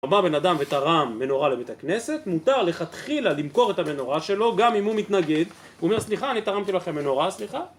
בא בן אדם ותרם מנורה לבית הכנסת, מותר לכתחילה למכור את המנורה שלו גם אם הוא מתנגד, הוא אומר סליחה, אני תרמתי לכם מנורה, סליחה